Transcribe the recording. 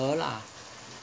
lah